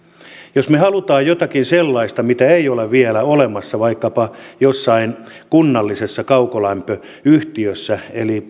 jos me haluamme jotakin sellaista mitä ei ole vielä olemassa vaikkapa jossain kunnallisessa kaukolämpöyhtiössä